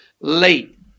late